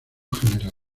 general